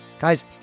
Guys